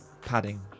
padding